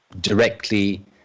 directly